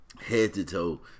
head-to-toe